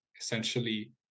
essentially